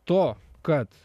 to kad